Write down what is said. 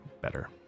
better